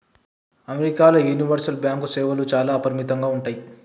అమెరికాల universal bank సేవలు చాలా అపరిమితంగా ఉంటయ్